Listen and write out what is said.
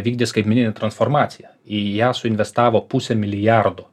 vykdė skaitmeninę transformaciją į ją suinvestavo pusę milijardo